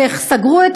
סגרו את